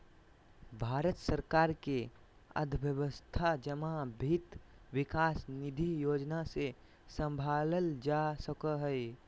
भारत सरकार के अर्थव्यवस्था जमा वित्त विकास निधि योजना से सम्भालल जा सको हय